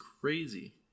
crazy